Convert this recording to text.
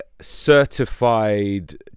certified